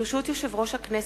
ברשות יושב-ראש הכנסת,